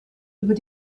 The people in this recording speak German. über